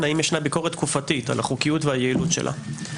האם יש ביקורת תקופתית על החוקיות והיעילות שלה.